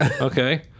okay